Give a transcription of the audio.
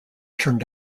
turned